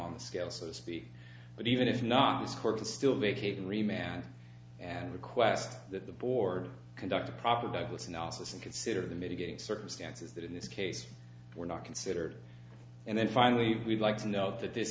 on the scale so to speak but even if not this court still vacated re man and request that the board conduct a proper douglas analysis and consider the mitigating circumstances that in this case were not considered and then finally we'd like to note that this